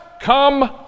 come